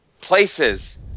places